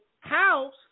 House